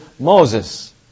Moses